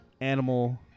animal